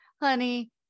honey